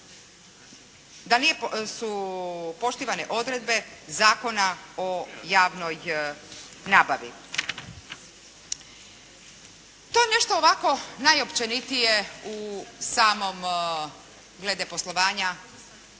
da nisu poštivane odredbe Zakona o javnoj nabavi. To je nešto ovako najopćenitije u samom glede poslovanja